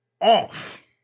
off